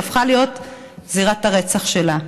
שהפכה להיות זירת הרצח שלה.